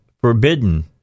forbidden